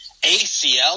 ACL